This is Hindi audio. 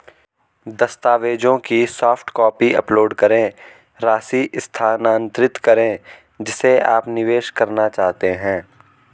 दस्तावेजों की सॉफ्ट कॉपी अपलोड करें, राशि स्थानांतरित करें जिसे आप निवेश करना चाहते हैं